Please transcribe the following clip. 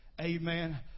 amen